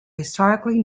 historically